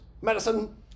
Medicine